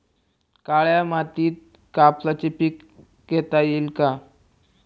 काळ्या मातीत कापसाचे पीक घेता येईल का?